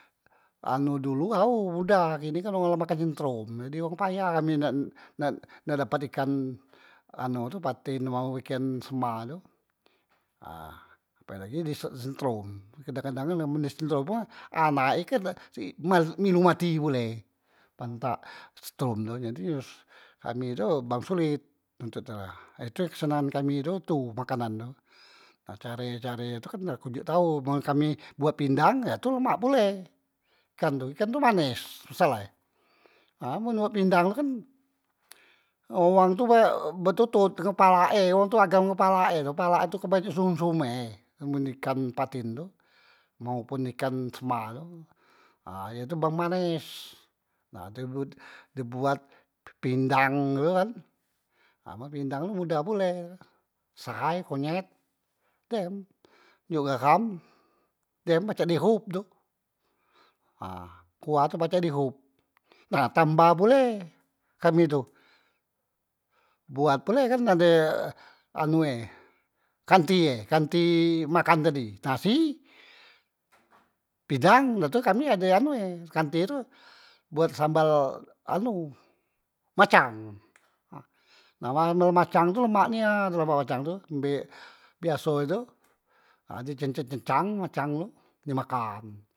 Anu dulu ao mudah, kini kan wong la pakai sentrom jadi wong payah kami nak nak dapat ikan anu tu paten tu mau ngan sema tu ha, apelagi di se- sentrom kadang- kedang i men di sentrom na anak ikan milu mati pule pantak sentrom tu, jadi kami tu bang sulit nuntut e, ha itu kesenengan kami tu tu makanan tu ha care care e tu kan ku njok tau men kami buat pindang, ha tu lemak pule ikan tu, ikan tu manes masalah e ha man buat pindang tu kan uwang tu bae betotot ngen palak e, wong tu agam ngen palak e, palak e tu banyak sumsum e men ikan paten tu maupun ikan sema tu ha ye tu bang manes, nah tu di buat pindang tu kan, man pindang tu mudah pule sehai, konyet, dem njok gaham dem pacak di hop tu ha kuah tu pacak di hop, nah tambah pule kami tu buat pule kan ade anu e kanti e, kanti makan tadi nasi pindang dah tu kami ade anu e kanti tu buat sambal anu macang, nah sambal macang tu lemak nian sambal macang tu mbek biasonye tu ha di cencang cencang macang tu di makan.